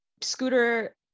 scooter